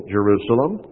Jerusalem